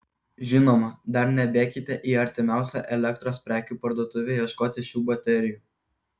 žinoma dar nebėkite į artimiausią elektros prekių parduotuvę ieškoti šių baterijų